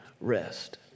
rest